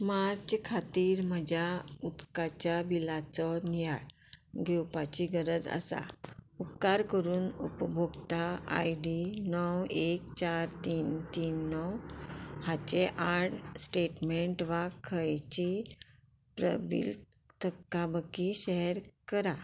मार्च खातीर म्हज्या उदकाच्या बिलाचो नियाळ घेवपाची गरज आसा उपकार करून उपभोक्ता आय डी णव एक चार तीन तीन णव हाचे आड स्टेटमेंट वा खंयची प्रबिल तक्काबकी शॅर करा